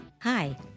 Hi